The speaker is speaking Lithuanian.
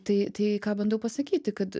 tai tai ką bandau pasakyti kad